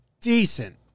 decent